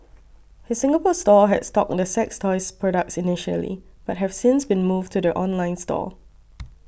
his Singapore store had stocked the sex toys products initially but have since been moved to the online store